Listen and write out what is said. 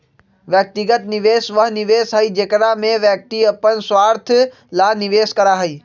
व्यक्तिगत निवेश वह निवेश हई जेकरा में व्यक्ति अपन स्वार्थ ला निवेश करा हई